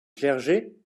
clergé